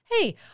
Hey